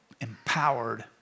empowered